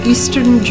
Eastern